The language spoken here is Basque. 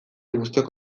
guztiok